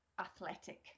Athletic